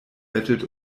bettelt